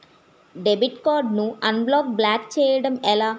Debit card ను unblock block చేయటం ఎలా?